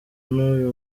n’uyu